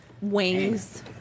Wings